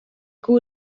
koe